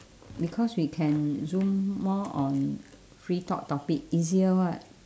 because we can zoom more on free thought topic easier [what]